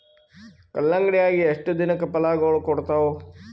ಕಲ್ಲಂಗಡಿ ಅಗಿ ಎಷ್ಟ ದಿನಕ ಫಲಾಗೋಳ ಕೊಡತಾವ?